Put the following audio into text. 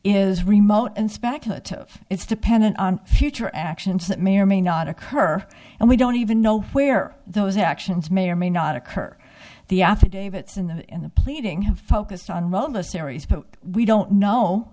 is remote and speculative it's dependent on future actions that may or may not occur and we don't even know where those actions may or may not occur the affidavits in the in the pleading have focused on well the series but we don't know